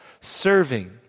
serving